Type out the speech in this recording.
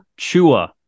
Chua